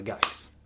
guys